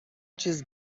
چیز